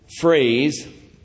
phrase